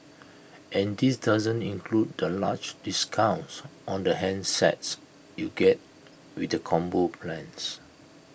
and this doesn't include the large discounts on the handsets you get with the combo plans